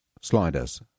Sliders